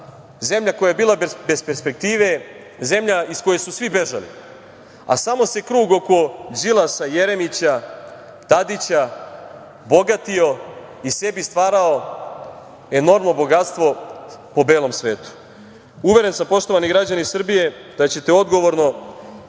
zemlja koja je bila bez perspektive, zemlja iz koje su svi bežali, a samo se krug oko Đilasa, Jeremića, Tadića, bogatio i sebi stvarao enormno bogatstvo po belom svetu. Uveren sam, poštovani građani Srbije, da ćete odgovorno,